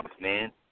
man